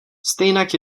stejnak